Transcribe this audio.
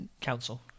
Council